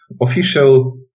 official